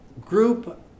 group